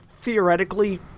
theoretically